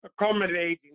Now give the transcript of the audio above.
Accommodating